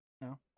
No